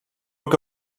were